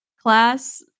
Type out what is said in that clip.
class